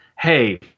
hey